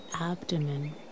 abdomen